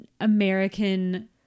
american